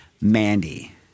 Mandy